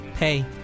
Hey